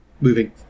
moving